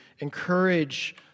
encourage